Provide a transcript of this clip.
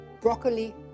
broccoli